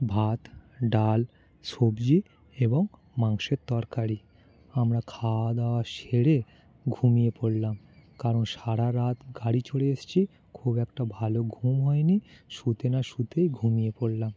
ভাত ডাল সবজি এবং মাংসের তরকারি আমরা খাওয়া দাওয়া সেরে ঘুমিয়ে পড়লাম কারণ সারা রাত গাড়ি চড়ে এসছি খুব একটা ভালো ঘুম হয় নি শুতে না শুতেই ঘুমিয়ে পড়লাম